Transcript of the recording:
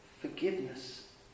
Forgiveness